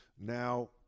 Now